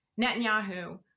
Netanyahu